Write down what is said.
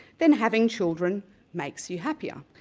then having children makes you happier.